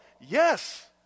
Yes